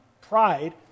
pride